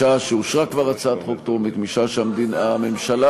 משעה שאושרה כבר הצעת חוק טרומית -- כבוד השר,